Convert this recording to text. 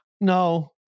No